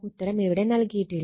ഉത്തരം ഇവിടെ നൽകിയിട്ടില്ല